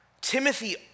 Timothy